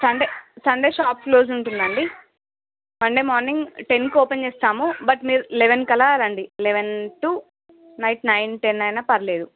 Sunday Sunday shop close ఉంటుందండి Monday morning టెన్కి open చేస్తాము బట్ మీరు లెవెన్ కల్లా రండి eleven to night nine ten అయినా పర్లేదు